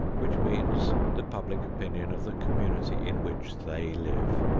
which means the public opinion of the community in which they live.